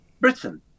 Britain